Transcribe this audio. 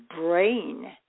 brain